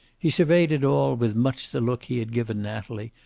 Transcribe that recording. he surveyed it all with much the look he had given natalie,